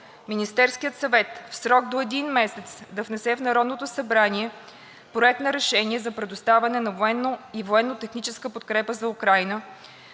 Министерският съвет в срок до един месец да внесе в Народното събрание Проект на решение за предоставяне на военна и военно-техническа подкрепа за Украйна